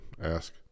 ask